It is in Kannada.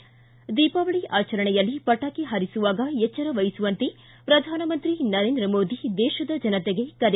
ಿ ದೀಪಾವಳಿ ಆಚರಣೆಯಲ್ಲಿ ಪಟಾಕಿ ಹಾರಿಸುವಾಗ ಎಚ್ವರ ವಹಿಸುವಂತೆ ಪ್ರಧಾನಮಂತ್ರಿ ನರೇಂದ್ರ ಮೋದಿ ದೇಶದ ಜನತೆಗೆ ಕರೆ